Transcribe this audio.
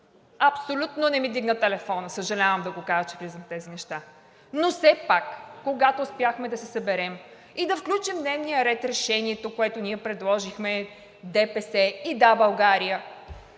абсолютно не ми вдигна телефона. Съжалявам да го кажа, че влизам в тези неща. Но все пак, когато успяхме да се съберем и да включим в дневния ред решението, което ние предложихме, ДПС и „Да, България“